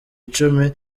icumi